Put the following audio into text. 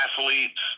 athletes